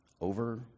over